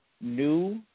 New